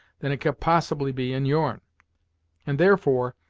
than it can possibly be in yourn and, therefore,